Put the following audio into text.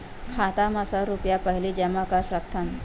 खाता मा सौ रुपिया पहिली जमा कर सकथन?